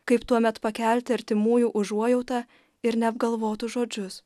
kaip tuomet pakelti artimųjų užuojautą ir neapgalvotus žodžius